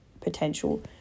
potential